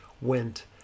went